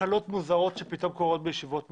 תקלות מוזרות שפתאום קורות בישיבות מועצה,